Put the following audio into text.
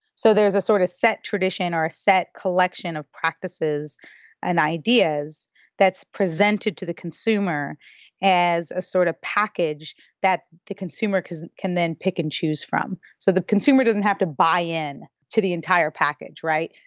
so there's a sort of set tradition or set collection of practices and ideas that's presented to the consumer as a sort of package that the consumer can then pick and choose from. so the consumer doesn't have to buy in to the entire package, right?